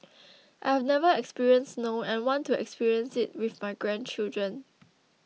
I have never experienced snow and want to experience it with my grandchildren